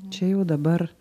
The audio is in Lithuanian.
čia jau dabar